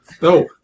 No